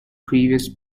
previous